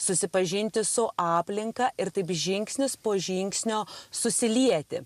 susipažinti su aplinka ir taip žingsnis po žingsnio susilieti